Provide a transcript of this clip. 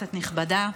כנסת נכבדה,